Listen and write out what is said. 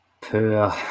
Poor